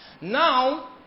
Now